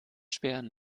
sperren